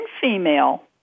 female